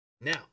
Now